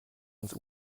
ans